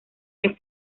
que